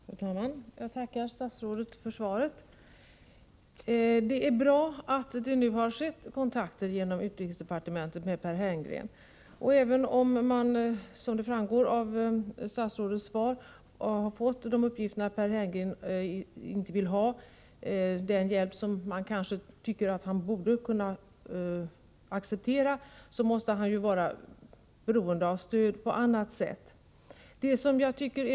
Fru talman! Jag tackar statsrådet för svaret. Det är bra att det nu genom utrikesdepartementet har förekommit kontakter med Per Herngren. Även om utrikesdepartementet, som framgår avstatsrådets svar, har fått uppgifterna att Per Herngren inte vill ha den hjälp som man kanske tycker att han borde kunna acceptera, måste han vara beroende av stöd på annat sätt.